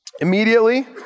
Immediately